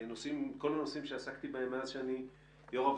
מכל הנושאים בהם עסקתי מאז אני יושב ראש